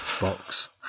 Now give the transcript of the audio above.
box